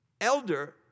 Elder